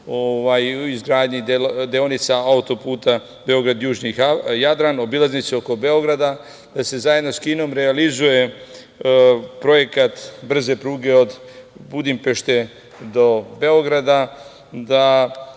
izgradnji deonica auto-puta Beograd-Južni Jadran, obilaznice oko Beograda, da se zajedno sa Kinom realizuje projekat brze pruge od Budimpešte do Beograda,